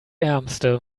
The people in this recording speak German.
ärmste